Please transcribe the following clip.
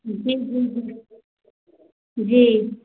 जी जी जी जी